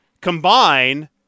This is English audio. Combine